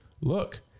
look